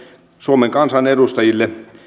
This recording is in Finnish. suomen kansanedustajille